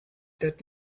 that